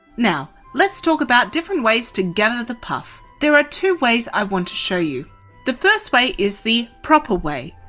now, let talk about different ways to gather the puff. there are two ways i want to show you. the first way is the proper way.